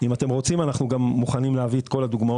יהיו ידועים לו בעוד שנה ובעוד 20 שנה.